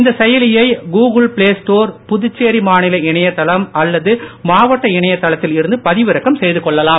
இந்த செயலியை Google play store Puducherry மாநில இணையதளம் அல்லது மாவட்ட இணையதளத்தில் இருந்து பதிவிறக்கம் செய்து கொள்ளலாம்